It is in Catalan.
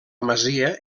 masia